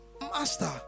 Master